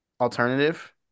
alternative